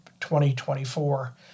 2024